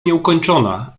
nieukończona